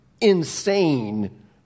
insane